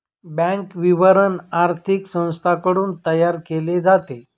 bank विवरण आर्थिक संस्थांकडून तयार केले जाते